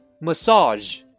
Massage